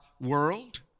world